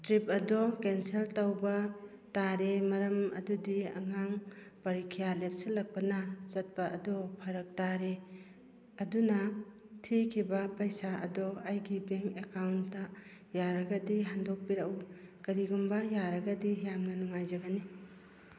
trip ꯑꯗꯣ cancel ꯇꯧꯕ ꯇꯥꯔꯦ ꯃꯔꯝ ꯑꯗꯨꯗꯤ ꯑꯉꯥꯡ ꯄꯔꯤꯈ꯭ꯌꯥ ꯂꯦꯞꯁꯜꯂꯛꯄꯅ ꯆꯠꯄ ꯑꯗꯣ ꯐꯔꯛ ꯇꯥꯔꯦ ꯑꯗꯨꯅ ꯊꯤꯈꯤꯕ ꯄꯩꯁꯥ ꯑꯗꯣ ꯑꯩꯒꯤ ꯕꯦꯡ ꯑꯦꯀꯥꯎꯟꯗ ꯌꯥꯔꯒꯗꯤ ꯍꯟꯗꯣꯛꯄꯤꯔꯛꯎ ꯀꯔꯤꯒꯨꯝꯕ ꯌꯥꯔꯒꯗꯤ ꯌꯥꯝꯅ ꯅꯨꯡꯉꯥꯏꯖꯒꯅꯤ